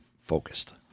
Focused